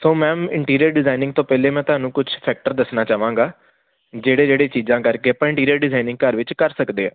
ਸੋ ma'am interior designing ਤੋਂ ਪਹਿਲੇ ਮੈਂ ਤੁਹਾਨੂੰ ਕੁਛ ਫੈਕਟਰ ਦੱਸਣਾ ਚਾਹਵਾਂਗਾ ਜਿਹੜੇ ਜਿਹੜੇ ਚੀਜ਼ਾਂ ਕਰਕੇ ਆਪਾਂ ਇੰਟੀਰੀਅਰ ਡਿਜ਼ਾਇਨਿੰਗ ਘਰ ਵਿੱਚ ਕਰ ਸਕਦੇ ਹਾਂ